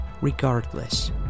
Regardless